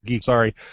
Sorry